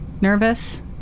nervous